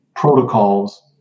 Protocols